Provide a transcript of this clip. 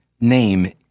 name